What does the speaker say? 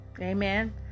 Amen